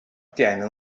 tiene